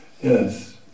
yes